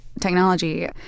technology